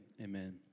amen